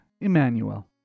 Emmanuel